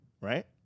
right